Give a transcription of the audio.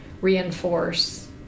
reinforce